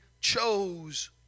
chose